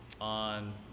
on